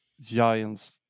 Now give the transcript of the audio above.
giants